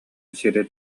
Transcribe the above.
сири